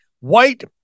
White